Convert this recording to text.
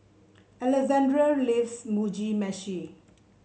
Alexandre loves Mugi Meshi